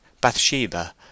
Bathsheba